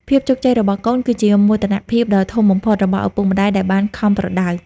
ភាពជោគជ័យរបស់កូន គឺជាមោទនភាពដ៏ធំបំផុតរបស់ឪពុកម្ដាយដែលបានខំប្រដៅ។